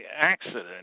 accident